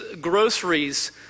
groceries